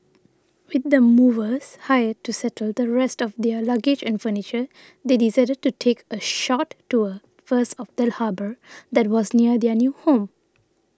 with the movers hired to settle the rest of their luggage and furniture they decided to take a short tour first of the harbour that was near their new home